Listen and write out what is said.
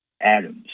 atoms